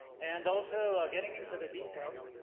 and also, getting into the detail,